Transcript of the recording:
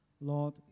Lord